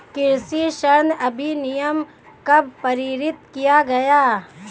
कृषि ऋण अधिनियम कब पारित किया गया?